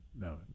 no